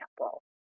example